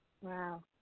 Wow